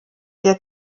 der